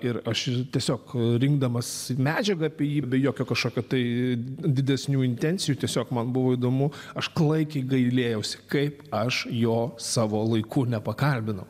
ir aš tiesiog rinkdamas medžiagą apie jį be jokio kažkokio tai didesnių intencijų tiesiog man buvo įdomu aš klaikiai gailėjausi kaip aš jo savo laiku nepakalbinau